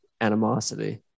animosity